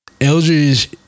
Eldridge